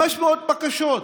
500 בקשות.